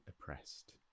oppressed